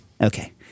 Okay